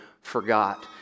forgot